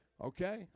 Okay